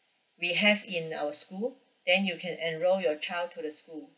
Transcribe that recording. we have in our school then you can enroll your child to the school